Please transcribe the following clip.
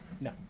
No